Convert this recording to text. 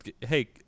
Hey